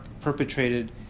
perpetrated